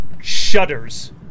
shudders